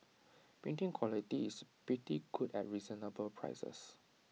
printing quality is pretty good at reasonable prices